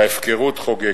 וההפקרות חוגגת.